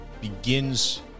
begins